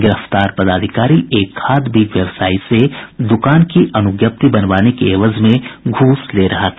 गिरफ्तार पदाधिकारी एक खाद बीज व्यवसायी से दुकान की अनुज्ञप्ति बनवाने के एवज में घूस ले रहा था